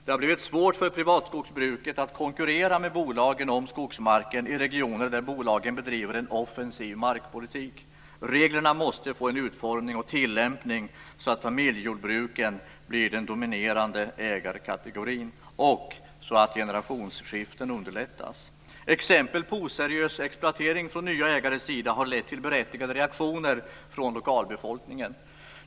Det har blivit svårt för privatskogsbruket att konkurrera med bolagen om skogsmarken i regioner där bolagen bedriver en offensiv markpolitik. Reglerna måste få en sådan utformning och tillämpning att familjejordbruken blir den dominerande ägarkategorin och generationsskiften underlättas. Exempel på oseriös exploatering från nya ägares sida har lett till berättigade reaktioner från lokalbefolkningen.